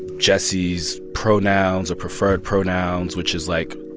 jesse's pronouns or preferred pronouns, which is, like,